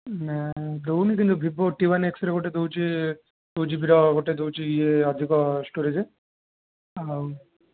ନା ଦେଉନି କିନ୍ତୁ ଭିବୋ ଟି ୱାନ୍ ଏକ୍ସ ରେ ଗୋଟେ ଦେଉଛି ଟୁ ଜି ବି ର ଗୋଟେ ଦେଉଛି ଇଏ ଅଧିକ ଷ୍ଟୋରେଜ ଆଉ